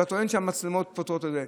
אתה טוען שהמצלמות פותרות את זה,